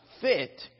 fit